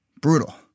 Brutal